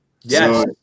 Yes